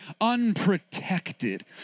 unprotected